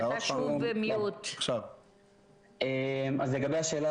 עכשיו בונים משהו אחר?